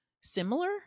similar